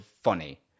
funny